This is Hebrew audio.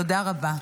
תודה רבה.